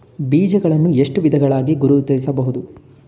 ಬೀಜಗಳನ್ನು ಎಷ್ಟು ವಿಧಗಳಾಗಿ ಗುರುತಿಸಬಹುದು?